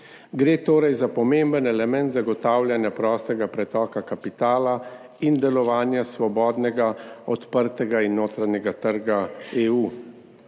Gre torej za pomemben element zagotavljanja prostega pretoka kapitala in delovanja svobodnega, odprtega in notranjega trga EU.